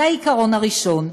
זה העיקרון הראשון.